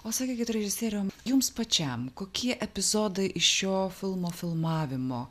o sakykit režisieriau jums pačiam kokie epizodai iš šio filmo filmavimo